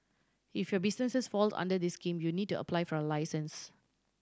if your businesses fall under this scheme you need to apply for a license